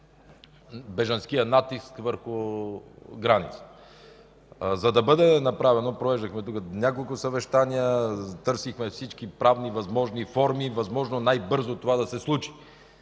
бежанския натиск върху границата. За да бъде направено, проведохме няколко съвещания, търсихме всички правни възможни форми възможно най-бързо това да се случи,